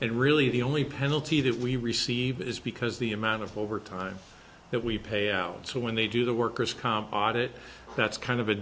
and really the only penalty that we receive is because the amount of overtime that we pay out so when they do the workers comp audit that's kind of a